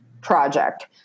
project